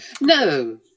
No